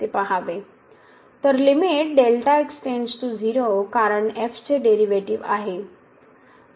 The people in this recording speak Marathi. तर लिमिट कारण चे डेरीवेटीवआहे